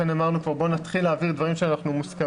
לכן אמרנו שבואו נתחיל להעביר דברים מוסכמים,